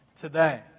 today